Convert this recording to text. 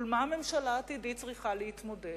עם מה הממשלה העתידית צריכה להתמודד,